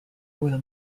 will